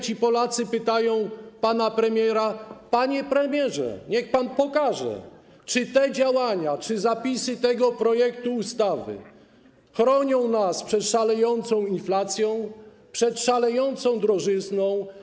Ci Polacy mówią do pana premiera: panie premierze, niech pan pokaże, czy te działania, czy zapisy tego projektu ustawy chronią nas przed szalejącą inflacją, przed szalejącą drożyzną.